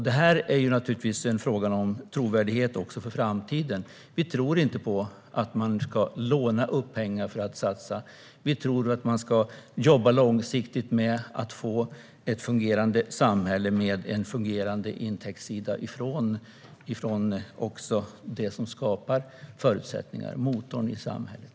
Detta är naturligtvis också en fråga om trovärdighet för framtiden. Vi tror inte på att man ska låna för sina satsningar. Vi tycker att man ska jobba långsiktigt med att få ett fungerande samhälle med en fungerande intäktssida. Det är det som skapar motorn i samhället.